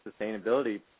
sustainability